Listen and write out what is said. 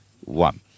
one